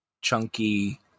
chunky